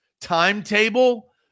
timetable